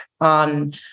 on